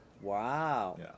Wow